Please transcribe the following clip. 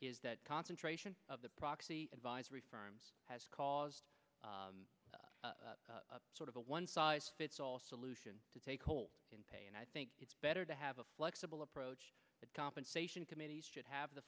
is that concentration of the proxy advisory firm has caused sort of a one size fits all solution to take hold in pay and i think it's better to have a flexible approach that compensation committees should have the